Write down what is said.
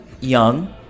young